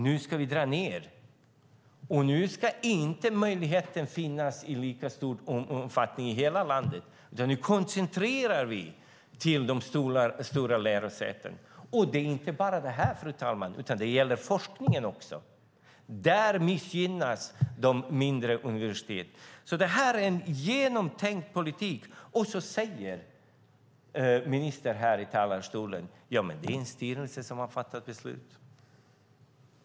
Nu ska man dra ned, nu ska inte möjligheten finnas i lika stora omfattning i hela landet, utan nu koncentrerar man utbildningen till de stora lärosätena. Det gäller inte bara detta, utan det gäller även forskningen. Där missgynnas de mindre universiteten. Detta är alltså en genomtänkt politik. Men ministern säger här i talarstolen att det är styrelsen som har fattat beslut.